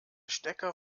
stecker